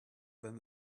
than